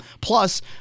Plus